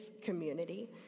community